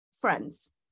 friends